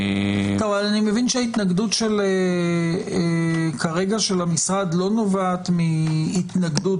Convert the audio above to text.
אני מבין שההתנגדות של המשרד כרגע לא נובעת מהתנגדות